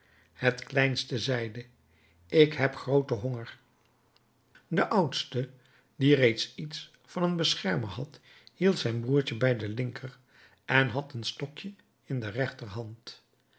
het kleinste zeide ik heb grooten honger de oudste die reeds iets van een beschermer had hield zijn broertje bij de linker en had een stokje in de rechterhand